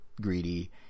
greedy